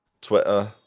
Twitter